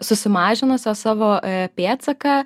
susimažinusios savo pėdsaką